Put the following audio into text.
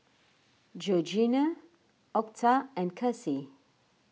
Georgianna Octa and Kassie